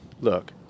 look